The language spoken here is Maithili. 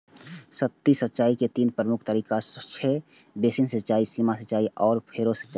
सतही सिंचाइ के तीन प्रमुख तरीका छै, बेसिन सिंचाइ, सीमा सिंचाइ आ फरो सिंचाइ